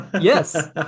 Yes